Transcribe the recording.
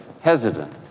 hesitant